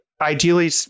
ideally